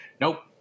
nope